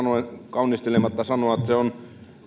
kaunistelematta sanoa että se